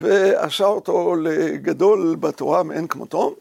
‫ועשה אותו לגדול בתורה מעין כמותו.